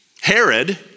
Herod